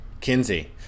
Kinsey